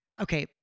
okay